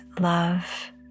love